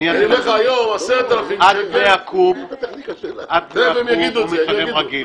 עד 100 קוב הוא משלם רגיל,